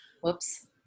whoops